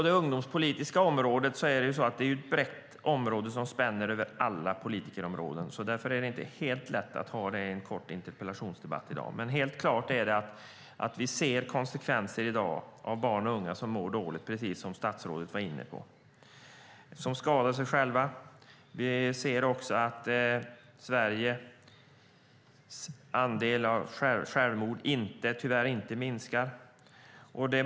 Det ungdomspolitiska området är brett och spänner över alla politikområden. Därför är det inte helt lätt att behandla det i en kort interpellationsdebatt. Men helt klart är att vi ser konsekvenser i dag av att barn och unga mår dåligt, som statsrådet var inne på. Barn och unga skadar sig själva. Vi ser också att Sveriges andel självmord tyvärr inte minskar.